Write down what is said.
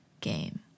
game